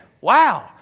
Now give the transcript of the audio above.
Wow